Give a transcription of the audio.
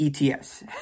ETS